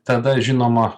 tada žinoma